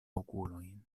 okulojn